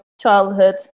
childhood